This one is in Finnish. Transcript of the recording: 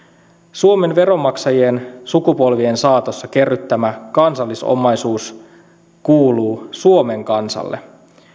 suomen veronmaksajien sukupolvien saatossa kerryttämä kansallisomaisuus kuuluu suomen kansalle